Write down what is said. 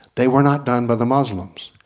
they were not done by the muslims.